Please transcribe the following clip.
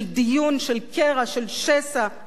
של שסע בין ימין ושמאל,